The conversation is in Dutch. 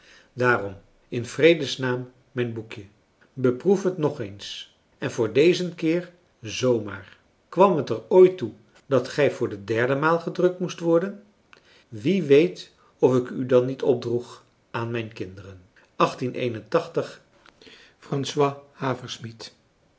daarom in vredesnaam mijn boekje beproef het nog eens en voor dezen keer z maar kwam het er ooit toe dat gij voor de derde maal gedrukt moest worden wie weet of ik u dan niet opdroeg aan mijn kinderen